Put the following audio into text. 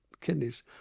kidneys